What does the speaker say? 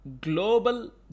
Global